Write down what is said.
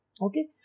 Okay